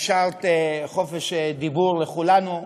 אפשרת חופש דיבור לכולנו,